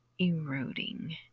eroding